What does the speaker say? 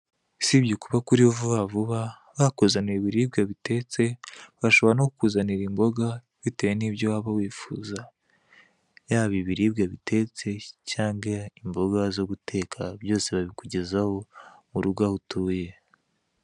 sibye kuba kuri vubavuba bakuzanira ibiribwa bitetse bashobora no kukuzanira imboga bitewe ibyo waba wifuza yaba ibiribwa bitetse cyangwa imboga zo guteka byose babikugezaho mu rugo aho utuye.